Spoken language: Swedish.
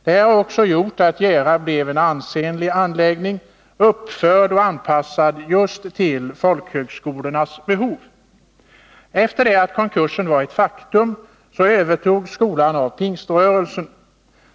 Detta gjorde också att Jära blev en ansenlig anläggning uppförd och anpassad till just en folkhögskolas behov. Efter det att konkursen var ett faktum övertogs skolan av Pingströrelsen.